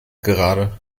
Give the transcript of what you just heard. gerade